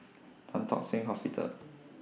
Tan Tock Seng Hospital